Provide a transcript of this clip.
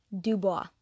Dubois